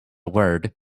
word